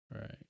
Right